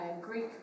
Greek